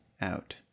out